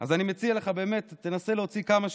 אז אני מציע לך באמת: תנסה להוציא כמה שיותר,